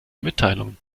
mitteilungen